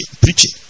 preaching